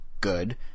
good